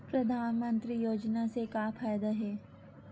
परधानमंतरी योजना से का फ़ायदा हे?